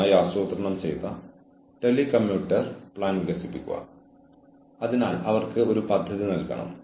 വാക്കാലുള്ള മുന്നറിയിപ്പും രേഖാമൂലമുള്ള മുന്നറിയിപ്പും നൽകുക